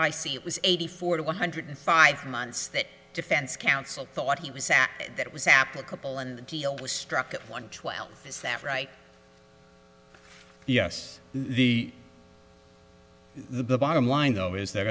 i see it was eighty four to one hundred five months that defense counsel thought he was sacked that was applicable and the deal was struck at one twelve is that right yes the the bottom line though is that